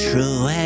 True